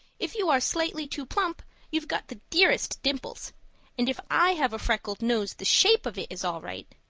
if you are slightly too plump you've got the dearest dimples and if i have a freckled nose the shape of it is all right.